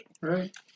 Right